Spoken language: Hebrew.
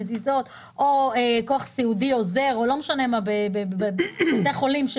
או כוח סיעודי בבתי חולים,